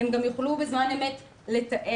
הם גם יוכלו בזמן אמת לתעד,